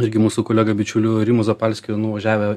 irgi mūsų kolega bičiuliu rimu zapalskiu nuvažiavę